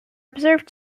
observed